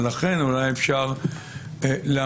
ולכן אולי אפשר להמתין,